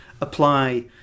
apply